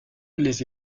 les